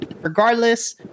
regardless